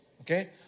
Okay